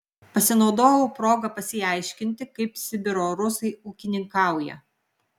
pasinaudojau proga pasiaiškinti kaip sibiro rusai ūkininkauja